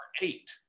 eight